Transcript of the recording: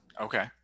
okay